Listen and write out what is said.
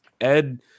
Ed –